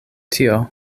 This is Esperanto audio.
tio